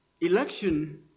Election